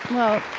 well,